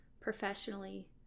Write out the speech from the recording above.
professionally